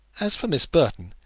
as for miss burton,